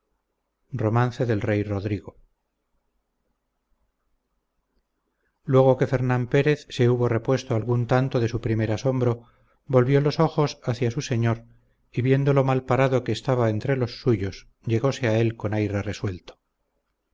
luego que fernán pérez se hubo repuesto algún tanto de su primer asombro volvió los ojos hada su señor y viendo lo malparado que estaba entre los suyos llegóse a él con aire resuelto